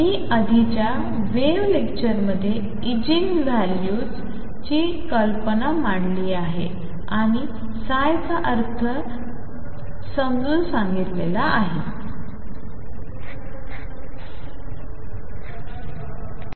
मी आधीच्या वेव्ह लेक्चरमध्ये इगेनव्हॅल्यूजची कल्पना मांडली आहे आणि ψ चा अर्थ अजून समजलेला नाही